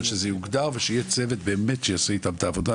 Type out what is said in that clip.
אבל שזה יוגדר ושיהיה צוות שיעשה איתם את העבודה,